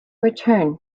return